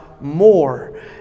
more